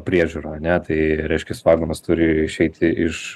priežiūrą ane tai reiškias vagonas turi išeiti iš